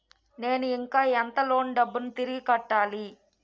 నేను ఇంకా ఎంత లోన్ డబ్బును తిరిగి కట్టాలి?